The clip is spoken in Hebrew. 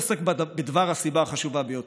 הרצל אינו פוסק בדבר הסיבה החשובה ביותר,